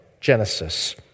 Genesis